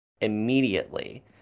immediately